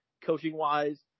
coaching-wise